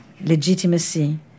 legitimacy